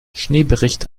schneebericht